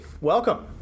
welcome